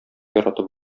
яратып